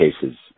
cases